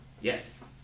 Yes